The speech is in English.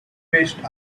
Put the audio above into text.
wished